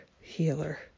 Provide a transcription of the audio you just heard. healer